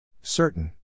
Certain